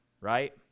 right